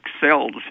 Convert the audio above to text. cells